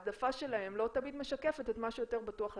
ההעדפה שלהם לא תמיד משקפת את מה שיותר בטוח לתלמיד.